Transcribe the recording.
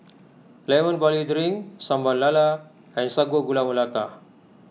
Lemon Barley Drink Sambal Lala and Sago Gula Melaka